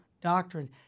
doctrine